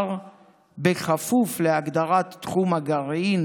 מתאר בכפוף להגדרת תחום הגרעין